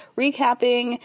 recapping